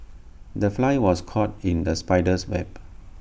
the fly was caught in the spider's web